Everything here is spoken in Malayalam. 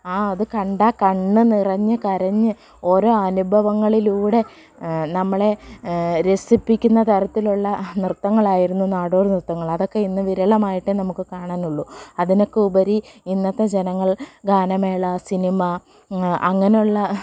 ആ അത് കണ്ടാൽ കണ്ണുനിറഞ്ഞ് കരഞ്ഞു ഓരോ അനുഭവങ്ങളിലൂടെ നമ്മളെ രസിപ്പിക്കുന്ന തരത്തിലുള്ള നൃത്തങ്ങളായിരുന്നു നാടോടിനൃത്തങ്ങൾ അതൊക്കെ ഇന്ന് വിരളമായിട്ടേ നമുക്ക് കാണാനുള്ളൂ അതിനൊക്കെ ഉപരി ഇന്നത്തെ ജനങ്ങൾ ഗാനമേള സിനിമ അങ്ങനെയുള്ള